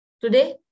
Today